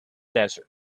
desert